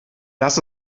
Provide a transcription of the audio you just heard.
das